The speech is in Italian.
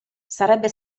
sarebbe